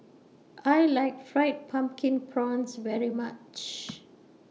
I like Fried Pumpkin Prawns very much